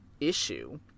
issue